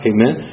Amen